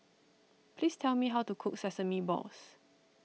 please tell me how to cook Sesame Balls